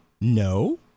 No